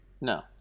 no